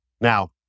now